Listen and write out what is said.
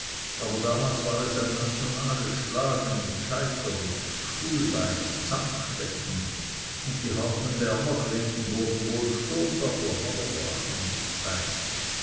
aber damals war es ein nationales schlagen mit scheitern stuhlbeinen zaunstecken und die harten bernergrinden wurden wohl sturm davon aber brachen nicht ein